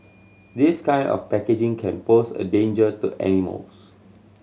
this kind of packaging can pose a danger to animals